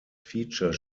feature